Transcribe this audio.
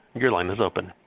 your line is open.